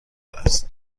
است